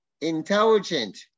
Intelligent